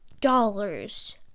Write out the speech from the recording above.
dollars